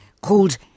called